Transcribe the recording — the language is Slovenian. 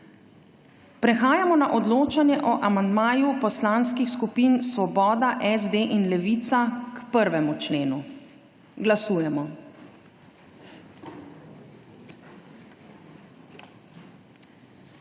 Prehajamo na odločanje o amandmaju poslanskih skupin Svoboda, SD in Levica k 1. členu. Glasujemo.